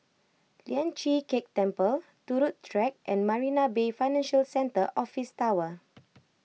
Lian Chee Kek Temple Turut Track and Marina Bay Financial Centre Office Tower